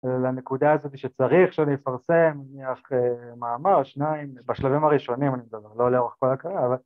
‫לנקודה הזאת שצריך שאני אפרסם, ‫נניח, מאמר או שניים, ‫בשלבים הראשונים, אני מדבר, ‫לא לאורך כל הקריירה, אבל...